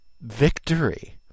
victory